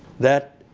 that,